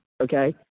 okay